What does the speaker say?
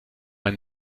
ein